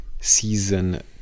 Season